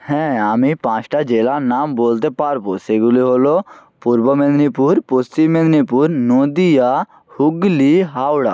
হ্যাঁ আমি পাঁচটা জেলার নাম বলতে পারব সেগুলি হল পূর্ব মেদিনীপুর পশ্চিম মেদিনীপুর নদিয়া হুগলি হাওড়া